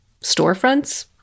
storefronts